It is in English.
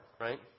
Right